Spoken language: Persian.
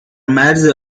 مرز